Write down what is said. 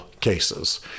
cases